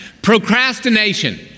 procrastination